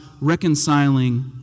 reconciling